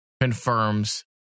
confirms